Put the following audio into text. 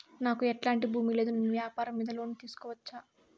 నాకు ఎట్లాంటి భూమి లేదు నేను వ్యాపారం మీద లోను తీసుకోవచ్చా?